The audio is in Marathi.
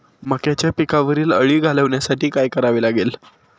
मक्याच्या पिकावरील अळी घालवण्यासाठी काय करावे लागेल?